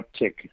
uptick